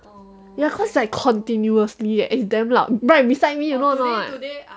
ya cause like continuously eh is damn loud right beside me you know or not